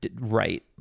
right